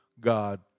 God